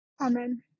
Amen